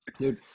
Dude